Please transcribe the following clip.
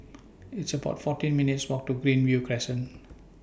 It's about fourteen minutes' Walk to Greenview Crescent